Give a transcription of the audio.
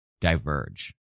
diverge